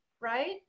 Right